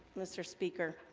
mr. speaker